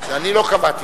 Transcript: זה אני לא קבעתי.